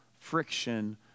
friction